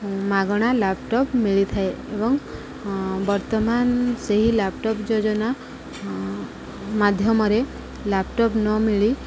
ମାଗଣା ଲ୍ୟାପଟପ୍ ମିଳିଥାଏ ଏବଂ ବର୍ତ୍ତମାନ ସେହି ଲ୍ୟାପଟପ୍ ଯୋଜନା ମାଧ୍ୟମରେ ଲ୍ୟାପଟପ୍ ନ ମିଳି